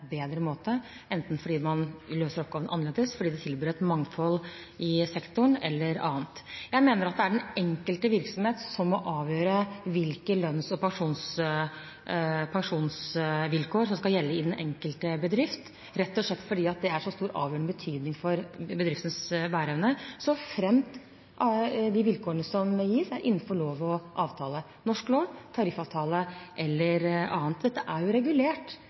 bedre måte, enten fordi man løser oppgaven annerledes, fordi det tilbyr et mangfold i sektoren eller annet. Jeg mener at det er den enkelte virksomhet som må avgjøre hvilke lønns- og pensjonsvilkår som skal gjelde i den enkelte bedrift, rett og slett fordi det er av så avgjørende betydning for bedriftens bæreevne, såfremt de vilkårene som gis, er innenfor norsk lov og tariffavtale eller annet. Det er regulert